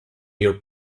your